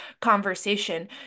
conversation